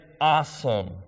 awesome